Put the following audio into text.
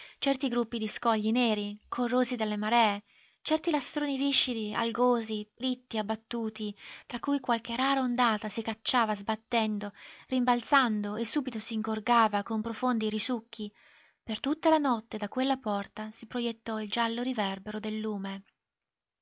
certi gruppi di scogli neri corrosi dalle maree certi lastroni viscidi algosi ritti abbattuti tra cui qualche rara ondata si cacciava sbattendo rimbalzando e subito s'ingorgava con profondi risucchi per tutta la notte da quella porta si projettò il giallo riverbero del lume